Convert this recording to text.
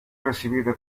recibida